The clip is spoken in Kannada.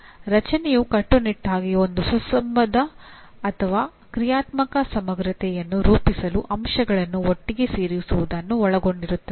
ರಚನೆಯು ಕಟ್ಟುನಿಟ್ಟಾಗಿ ಒಂದು ಸುಸಂಬದ್ಧ ಅಥವಾ ಕ್ರಿಯಾತ್ಮಕ ಸಮಗ್ರತೆಯನ್ನು ರೂಪಿಸಲು ಅಂಶಗಳನ್ನು ಒಟ್ಟಿಗೆ ಸೇರಿಸುವುದನ್ನು ಒಳಗೊಂಡಿರುತ್ತದೆ